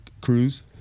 Cruz